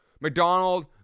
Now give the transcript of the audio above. McDonald